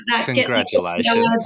Congratulations